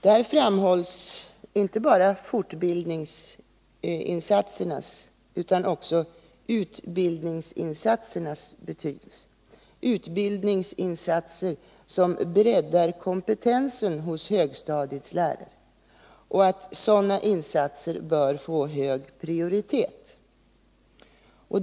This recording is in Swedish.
Där framhålls betydelsen av inte bara fortbildningsinsatserna utan också utbildningsinsatserna — insatser som breddar kompetensen hos högstadielärarna — och där anges att sådana insatser bör få hög prioritet.